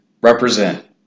represent